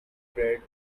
bread